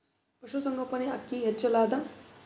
ಪಶುಸಂಗೋಪನೆ ಅಕ್ಕಿ ಹೆಚ್ಚೆಲದಾ?